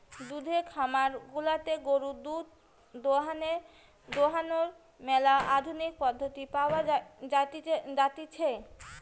দুধের খামার গুলাতে গরুর দুধ দোহানোর ম্যালা আধুনিক পদ্ধতি পাওয়া জাতিছে